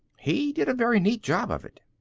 he did a very neat job of it.